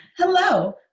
Hello